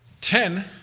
Ten